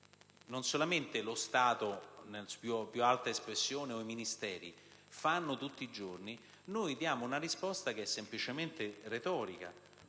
(non solamente lo Stato nella sua più alta espressione o i Ministeri) operano tutti i giorni, diamo una risposta semplicemente retorica.